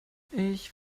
ich